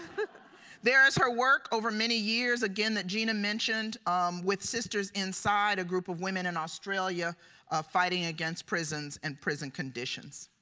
there is her work over many years again that gina mentioned um with sisters inside a group of women in australia fighting against prisons and prison conditions.